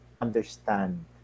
understand